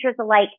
alike